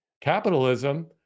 Capitalism